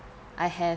I have